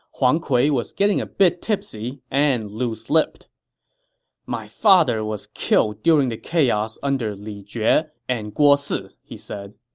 huang kui was getting a bit tipsy and loose-lipped my father was killed during the chaos under li jue yeah and guo si, he said.